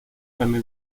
jaime